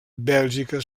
bèlgica